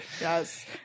Yes